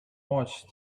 watched